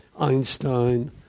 einstein